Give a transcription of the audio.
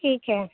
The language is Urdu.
ٹھیک ہے